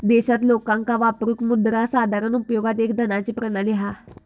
देशात लोकांका वापरूक मुद्रा साधारण उपयोगात एक धनाची प्रणाली हा